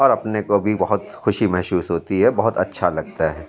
اور اپنے کو بھی بہت خوشی محسوس ہوتی ہے بہت اچھا لگتا ہے